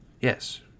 Yes